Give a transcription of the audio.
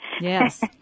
Yes